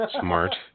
smart